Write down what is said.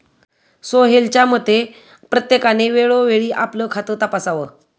सोहेलच्या मते, प्रत्येकाने वेळोवेळी आपलं खातं तपासावं